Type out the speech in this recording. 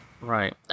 Right